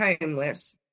homeless